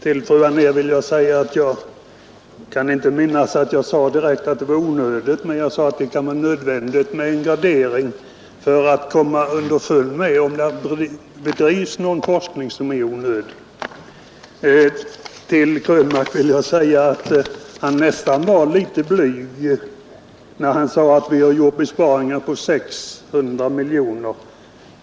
Herr talman! Jag kan inte minnas, fru Anér, att jag sade direkt att det var onödigt med forskning, men jag sade att det kan vara nödvändigt med en gradering för att komma underfund med om det bedrivs någon forskning som är onödig. Herr Krönmark var väl blygsam när han sade att moderaterna här föreslagit besparingar på 600 miljoner.